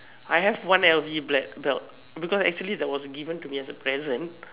I have one L_V ble belt because actually it was given to me as a present